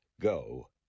go